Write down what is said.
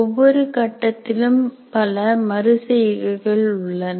ஒவ்வொரு கட்டத்திலும் பல மறு செய்கைகள் உள்ளன